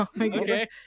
Okay